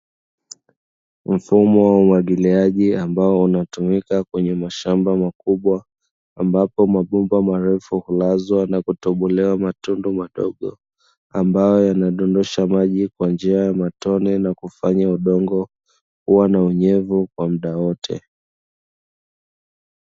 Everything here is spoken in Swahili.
Mfumo wa umwagiliaji ambao unatumika kwenye mashamba makubwa. Ambapo mabomba marefu hulazwa na kutobolewa matundu madogo, ambayo yanadondosha maji kwa njia ya matone na kufanya udongo kua na unyevu kwa muda wote.